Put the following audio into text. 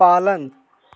पालन